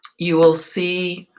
you will see